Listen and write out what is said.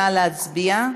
נא להצביע.